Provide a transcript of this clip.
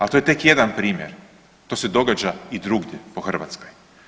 Al to je tek jedan primjer, to se događa i drugdje po Hrvatskoj.